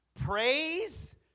praise